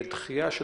לדחייה של